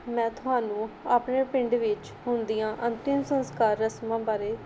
ਮੈਂ ਤੁਹਾਨੂੰ ਆਪਣੇ ਪਿੰਡ ਵਿੱਚ ਹੁੰਦੀਆਂ ਅੰਤਿਮ ਸੰਸਕਾਰ ਰਸਮਾਂ ਬਾਰੇ